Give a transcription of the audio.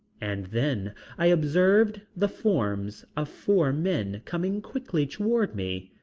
and then i observed the forms of four men coming quickly toward me,